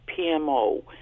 PMO